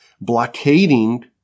blockading